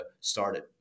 started